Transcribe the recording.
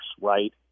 right